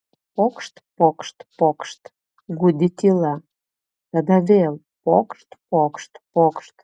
pokšt pokšt pokšt gūdi tyla tada vėl pokšt pokšt pokšt